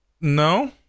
no